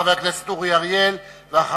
חבר הכנסת אורי אריאל, בבקשה.